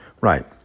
right